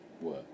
work